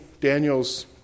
Daniel's